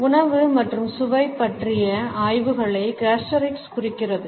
உணவு மற்றும் சுவை பற்றிய ஆய்வுகளை கஸ்டோரிக்ஸ் குறிக்கிறது